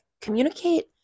communicate